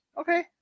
okay